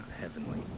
heavenly